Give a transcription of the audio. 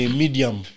medium